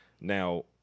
Now